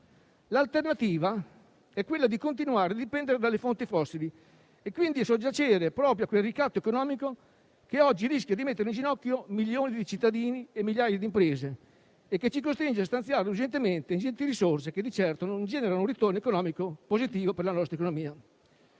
L'alternativa è quella di continuare a dipendere dalle fonti fossili e quindi soggiacere proprio a quel ricatto economico che oggi rischia di mettere in ginocchio milioni di cittadini e migliaia di imprese e che ci costringe a stanziare urgentemente ingenti risorse, che di certo non generano un ritorno economico positivo per la nostra economia.